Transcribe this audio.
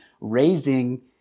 raising